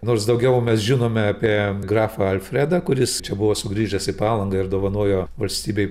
nors daugiau mes žinome apie grafą alfredą kuris čia buvo sugrįžęs į palangą ir dovanojo valstybei